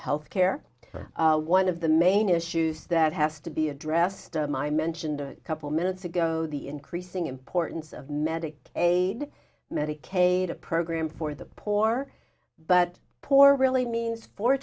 health care one of the main issues that has to be addressed i'm i mentioned a couple minutes ago the increasing importance of medic a medicaid program for the poor but poor really means four